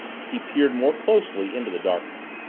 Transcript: he peered more closely into the darkness.